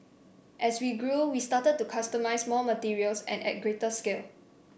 as we grew we started to customise more materials and at greater scale